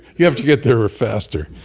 you have to get there faster.